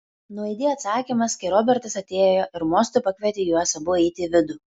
nuaidėjo atsakymas kai robertas atėjo ir mostu pakvietė juos abu eiti į vidų